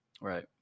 Right